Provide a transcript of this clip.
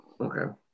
Okay